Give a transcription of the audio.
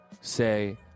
say